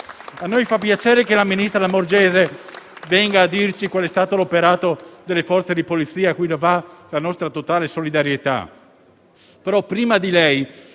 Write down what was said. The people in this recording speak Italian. A noi fa piacere che il ministro Lamorgese venga a dirci qual è stato l'operato delle Forze di polizia, cui va la nostra totale solidarietà, però prima è